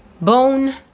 bone